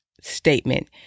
statement